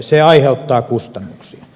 se aiheuttaa kustannuksia